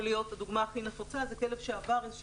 הדוגמה הכי נפוצה זה כלב שעבר איזושהי